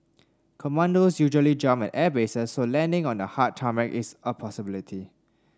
commandos usually jump at airbases so landing on the hard tarmac is a possibility